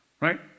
right